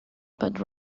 but